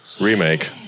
Remake